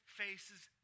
faces